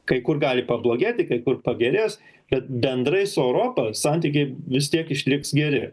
kai kur gali pablogėti kai kur pagerės kad bendrai su europa santykiai vis tiek išliks geri